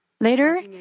Later